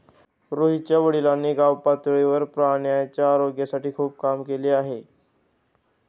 रोहितच्या वडिलांनी गावपातळीवर प्राण्यांच्या आरोग्यासाठी खूप काम केले आहे